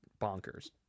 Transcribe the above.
bonkers